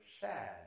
sad